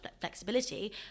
flexibility